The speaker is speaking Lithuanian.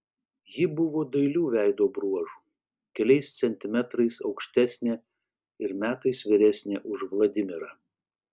ji buvo dailių veido bruožų keliais centimetrais aukštesnė ir metais vyresnė už vladimirą